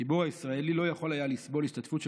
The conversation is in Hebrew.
הציבור הישראלי לא יכול היה לסבול השתתפות של